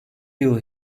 yıl